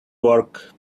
work